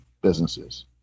businesses